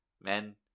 men